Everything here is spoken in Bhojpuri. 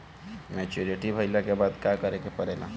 मैच्योरिटी भईला के बाद का करे के पड़ेला?